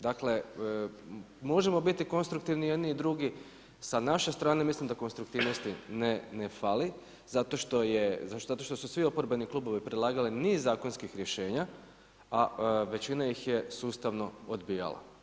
Dakle, možemo biti konstruktivni jedni i drugi, sa naše strane mislim da konstruktivnosti ne fali zato što su svi oporbeni klubovi predlagali niz zakonskih rješenja, a većina ih je sustavno odbijala.